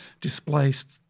displaced